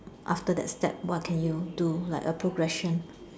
after that step what can you do like a progression